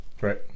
Right